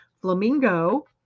Flamingo